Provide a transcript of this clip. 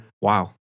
Wow